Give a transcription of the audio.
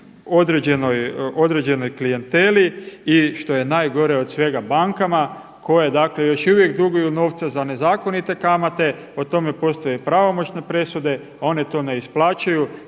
određenoj klijenteli i što je najgore od svega bankama koje dakle još uvijek duguju novce za nezakonite kamate. O tome postoje i pravomoćne presude, oni to ne isplaćuju,